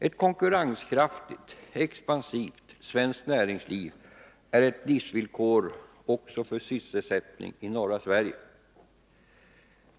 Ett konkurrenskraftigt, expansivt svenskt näringsliv är ett livsvillkor också för sysselsättning i norra Sverige.